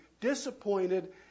disappointed